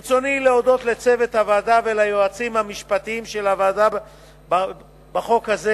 ברצוני להודות לצוות הוועדה וליועצים המשפטיים של הוועדה בחוק הזה,